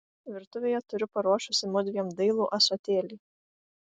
virtuvėje turiu paruošusi mudviem dailų ąsotėlį